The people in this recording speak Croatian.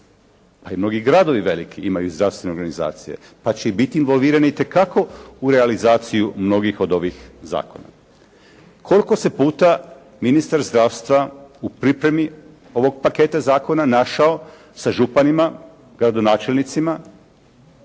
pa i mnogi gradovi veliki imaju zdravstvene organizacije pa će biti involvirani itekako u realizaciju mnogih od ovih zakona. Koliko se puta ministar zdravstva u pripremi ovog paketa zakona našao sa županima, gradonačelnicima?